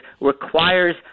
requires –